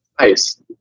nice